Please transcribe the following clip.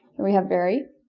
we have very.